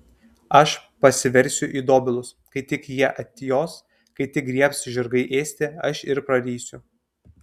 aš pasiversiu į dobilus kai tik jie atjos kai tik griebs žirgai ėsti aš ir prarysiu